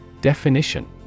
Definition